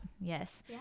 Yes